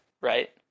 right